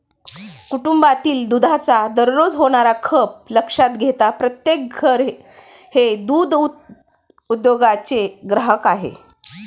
कुटुंबातील दुधाचा दररोज होणारा खप लक्षात घेता प्रत्येक घर हे दूध उद्योगाचे ग्राहक आहे